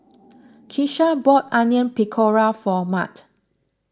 Keesha bought Onion Pakora for Mart